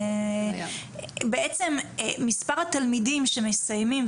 בעצם מספר התלמידים שמסיימים,